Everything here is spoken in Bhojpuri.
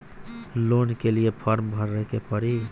लोन के लिए फर्म भरे के पड़ी?